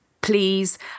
please